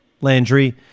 Landry